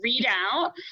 readout